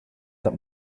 het